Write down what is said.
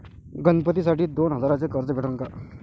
गणपतीसाठी दोन हजाराचे कर्ज भेटन का?